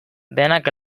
denak